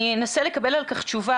אני אנסה לקבל על כך תשובה,